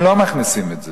הם לא מכניסים את זה,